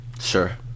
Sure